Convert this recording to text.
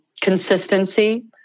consistency